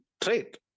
trait